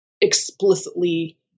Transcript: explicitly